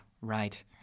right